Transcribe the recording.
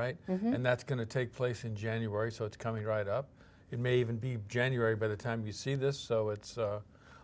right and that's going to take place in january so it's coming right up it may even be january by the time you see this so it's